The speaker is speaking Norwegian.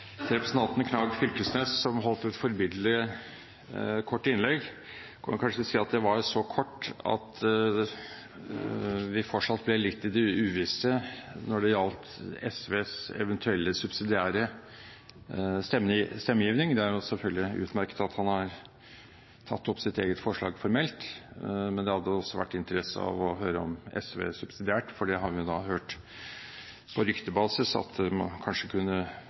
kort at vi fortsatt er litt i det uvisse når det gjelder SVs eventuelle subsidiære stemmegivning. Det er selvfølgelig utmerket at han har tatt opp sitt eget forslag formelt, men det hadde også vært av interesse å høre hva SV vil stemme subsidiært, for det har vi hørt på ryktebasis at kanskje kunne